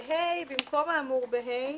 במקום האמור ב-(ה),